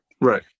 Right